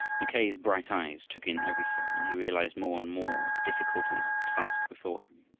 mackay's bright eyes took in everything, and he realized more and more the difficulties of the task before him.